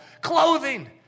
clothing